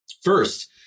first